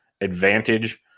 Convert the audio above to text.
advantage